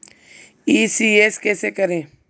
ECS कैसे करें?